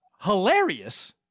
Hilarious